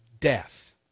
death